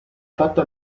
fatto